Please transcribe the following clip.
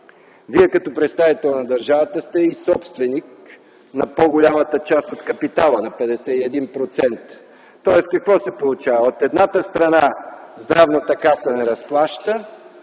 Вие като представител на държавата сте и собственик на по голямата част от капитала – на 51%, тоест какво се получава? От едната страна Здравната каса не разплаща,